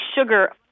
sugar